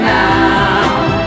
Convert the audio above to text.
now